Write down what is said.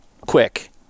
quick